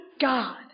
God